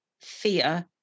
fear